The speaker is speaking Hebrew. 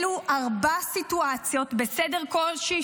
אלו ארבע סיטואציות בסדר קושי,